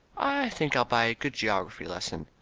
i think i'll buy a good geography lesson.